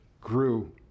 grew